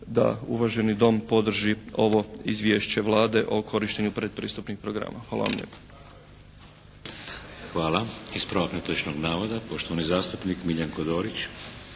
da uvaženi Dom podrži ovo izvješće Vlade o korištenju predpristupnih programa. Hvala vam lijepa. **Šeks, Vladimir (HDZ)** Hvala. Ispravak netočnog navoda, poštovani zastupnik Miljenko Dorić.